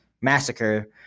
massacre